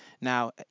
Now